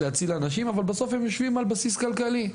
אבל בסוף הם יושבים על בסיס כלכלי,